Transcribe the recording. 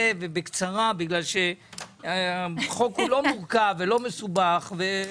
ובקצרה כי החוק הוא לא מורכב ולא מסובך.